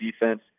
defense